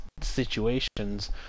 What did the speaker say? situations